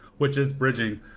which is bridging.